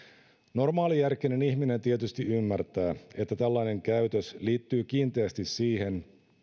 normaalijärkinen ihminen tietysti ymmärtää että tällainen käytös liittyy kiinteästi siihen